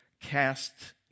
cast